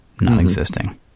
non-existing